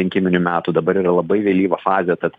rinkiminių metų dabar yra labai vėlyva fazė tad